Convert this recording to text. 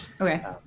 Okay